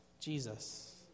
Jesus